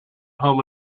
home